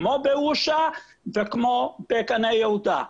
כמו באושה וכמו בגני יהודה.